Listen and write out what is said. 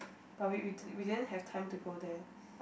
but we we we didn't have time to go there